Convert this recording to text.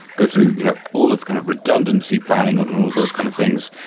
go through you know all of kind of redundancy planning and all those kind of things.